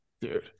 dude